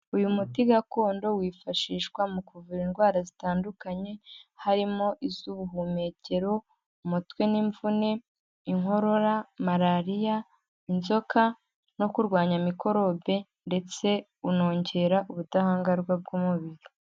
Uyu muti gakondo wifashishwa mu kuvura indwara zitandukanye; harimo iz'ubuhumekero, umutwe n'imvune, inkorora, malariya ,inzoka no kurwanya mikorobe, ndetse unongera ubudahangarwa bw'umubiri.